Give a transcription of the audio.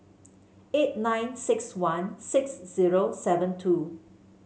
eight nine six one six zero seven two